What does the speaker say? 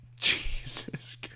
Jesus